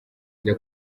ajya